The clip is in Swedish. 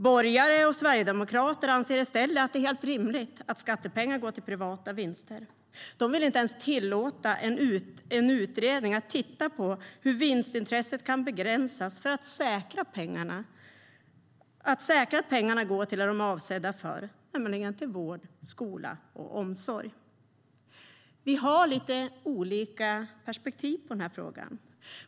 Borgare och sverigedemokrater anser i stället att det är helt rimligt att skattepengar går till privata vinster. De vill inte ens tillåta att en utredning tittar på hur vinstintresset kan begränsas för att säkra att pengarna går till det de är avsedda för, nämligen vård, skola och omsorg. Vi har lite olika perspektiv på den här frågan.